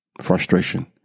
frustration